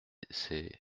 c’est